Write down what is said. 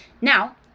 Now